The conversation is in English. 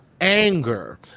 anger